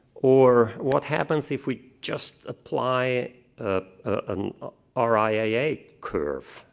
or what happens if we just apply ah an um riaa curve,